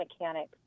mechanics